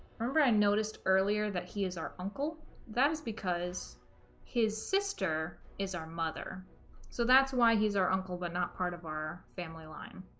remember i noticed earlier that he is our uncle that is because his sister is our mother so that's why he's our uncle but not part of our family line